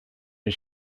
and